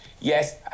Yes